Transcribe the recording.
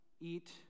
eat